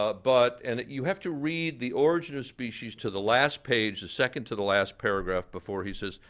ah but and you have to read the origin of species to the last page, the second to the last paragraph, before he says,